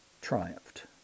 triumphed